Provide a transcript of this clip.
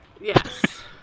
Yes